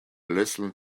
listened